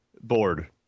Bored